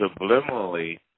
Subliminally